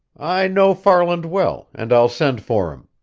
i know farland well, and i'll send for him.